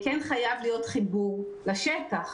חייב להיות חיבור לשטח,